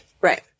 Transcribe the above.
right